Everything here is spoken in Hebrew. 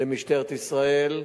למשטרת ישראל.